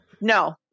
No